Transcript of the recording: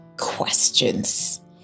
Questions